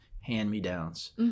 hand-me-downs